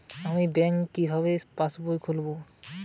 আমি ব্যাঙ্ক কিভাবে পাশবই খুলব?